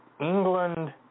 England